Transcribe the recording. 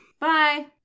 Bye